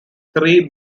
three